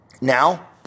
Now